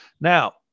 Now